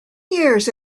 years